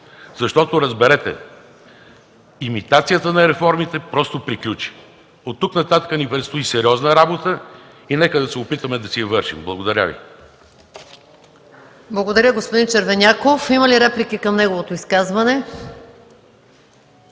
реформа. Разберете, имитацията на реформите просто приключи! Оттук нататък ни предстои сериозна работа и нека да се опитаме да си я свършим! Благодаря. ПРЕДСЕДАТЕЛ МАЯ МАНОЛОВА: Благодаря, господин Червеняков. Има ли реплики към неговото изказване?